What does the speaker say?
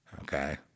okay